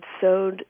sewed